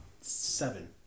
seven